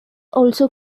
also